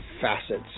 facets